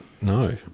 No